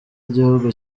igihugu